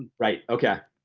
right, okay.